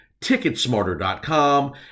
TicketSmarter.com